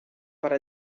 per